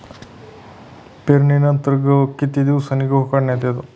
पेरणीनंतर किती दिवसांनी गहू काढण्यात येतो?